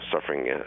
suffering